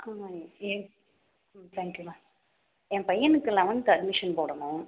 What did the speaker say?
good morning ஏங் ம் thank you மா என் பயனுக்கு லவென்த் அட்மிஷன் போடணும்